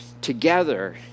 together